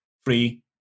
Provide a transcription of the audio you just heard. free